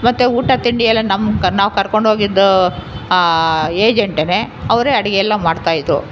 ಮತ್ತೆ ಊಟ ತಿಂಡಿ ಎಲ್ಲ ನಮ್ಮ ಕ ನಾವು ಕರ್ಕೊಂಡು ಹೋಗಿದ್ದು ಆ ಏಜೆಂಟ್ನೆ ಅವರೇ ಅಡುಗೆ ಎಲ್ಲಾ ಮಾಡ್ತಾಯಿದ್ರು